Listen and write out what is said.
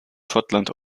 schottland